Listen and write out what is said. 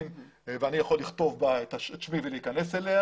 ואני יכול לכתוב בה את שמי ולהיכנס אליה